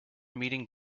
meeting